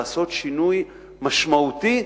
לעשות שינוי משמעותי